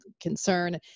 concern